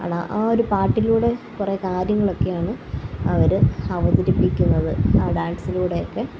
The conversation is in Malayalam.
ആണ് ആ ഒര് പാട്ടിലൂടെ കുറെ കാര്യങ്ങളക്കെയാണ് അവര് അവതരിപ്പിക്കുന്നത് അ ആ ഡാൻസിലൂടെ ഒക്കെ